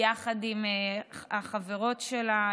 יחד עם החברות שלה.